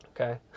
okay